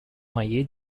моей